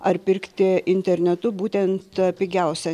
ar pirkti internetu būtent pigiausia